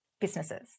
businesses